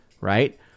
Right